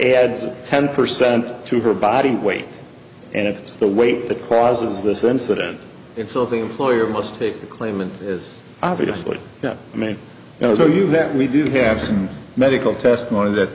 adds ten percent to her body weight and if it's the weight that causes this incident itself the employer must take the claimant is obviously not i mean you know you have that we do have some medical testimony that